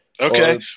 okay